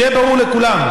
שיהיה ברור לכולם: